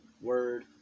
word